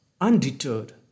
Undeterred